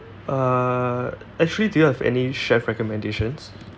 uh actually do you have any chef recommendations